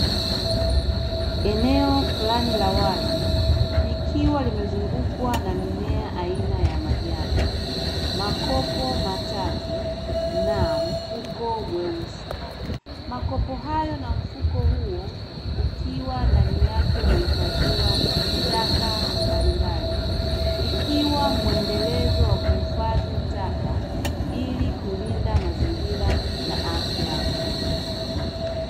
Eneo fulani la wazi likiwa limezungukwa na mimea aina ya majani, makopo matatu, na mfuko mweusi. Makopo hayo na mfuko huo ukiwa ndani yake umehifadhiwa taka mbalimbali, ikiwa mwendelezo wa kuhifadhi taka ili kulinda mazingira na afya kwa jamii.